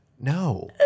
no